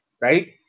right